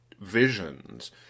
visions